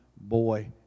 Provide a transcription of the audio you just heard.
boy